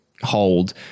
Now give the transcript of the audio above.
hold